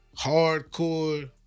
hardcore